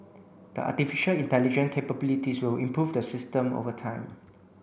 the artificial intelligence capabilities will improve the system over time